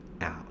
out